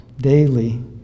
daily